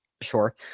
Sure